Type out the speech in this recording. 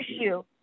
issue